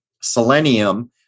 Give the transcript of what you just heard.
selenium